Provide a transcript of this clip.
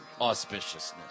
auspiciousness